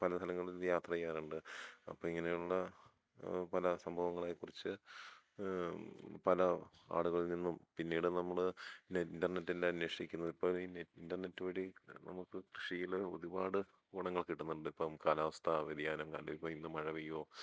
പല സ്ഥലങ്ങളിൽ യാത്ര ചെയ്യാറുണ്ട് അപ്പോൾ ഇങ്ങനെയുള്ള പല സംഭവങ്ങളെക്കുറിച്ച് പല ആളുകളിൽ നിന്നും പിന്നീട് നമ്മൾ ഇൻ്റർനെറ്റിൻ്റെ അന്വേഷിക്കുന്ന ഇപ്പം ഈ നെറ്റ് ഇൻ്റർനെറ്റ് വഴി നമുക്ക് കൃഷിയിൽ ഒരുപാട് ഗുണങ്ങൾ കിട്ടുന്നുണ്ട് ഇപ്പം കാലാവസ്ഥ വ്യതിയാനം അല്ല ഇപ്പം ഇന്ന് മഴ പെയ്യുമോ